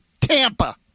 Tampa